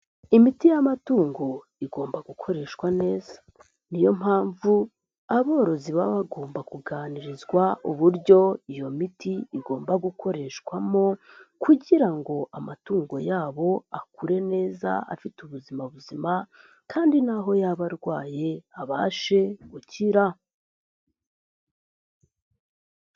Imiti y'amatungo igomba gukoreshwa neza, ni yo mpamvu aborozi baba bagomba kuganirizwa uburyo iyo miti igomba gukoreshwamo kugira ngo amatungo yabo akure neza afite ubuzima buzima kandi naho yaba arwaye abashe gukira.